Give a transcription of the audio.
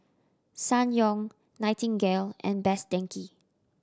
Ssangyong Nightingale and Best Denki